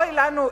אוי לנו,